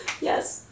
yes